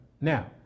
Now